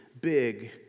big